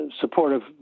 supportive